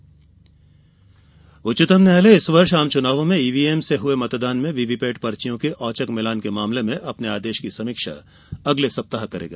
सुको ईवीएम उच्चतम न्यायालय इस वर्ष आम चुनावों में ईवीएम से हुए मतदान में वीवीपैट पर्चियों के औचक मिलान के मामले में अपने आदेश की समीक्षा अगले सप्ताह करेगा